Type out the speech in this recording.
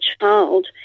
child